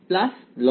তাহলে কি হল